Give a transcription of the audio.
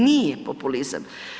Nije, populizam.